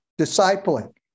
discipling